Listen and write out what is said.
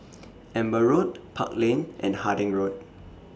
Amber Road Park Lane and Harding Road